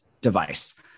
device